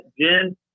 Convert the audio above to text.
Jen